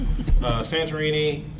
Santorini